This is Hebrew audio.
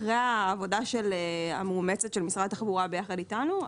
אחרי העבודה המאומצת של משרד התחבורה יחד איתנו,